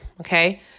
Okay